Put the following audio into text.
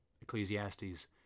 Ecclesiastes